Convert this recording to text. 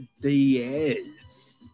Diaz